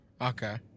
Okay